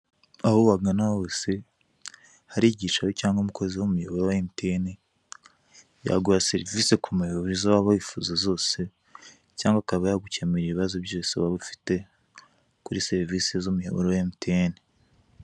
Aho wagana hose hari icyicaro cyangwa umukozi w'umuyoboro wa emutiyeni yaguha serivisi ku muyoboro, izo waba wifuza zose cyangwa akaba yagukemurira ibibazo byose waba ufite kuri serivisi z'umuyoboro wa emutiyeni.